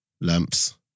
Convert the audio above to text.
Lamps